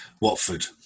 Watford